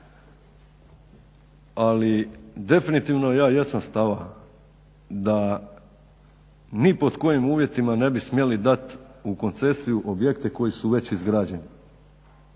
Ali definitivno ja jesam stava da ni pod kojim uvjetima ne bi smjeli dati u koncesiju objekte koji su već izgrađeni.